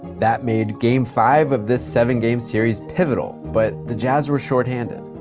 that made game five of this seven-game series pivotal, but the jazz were shorthanded.